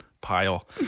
pile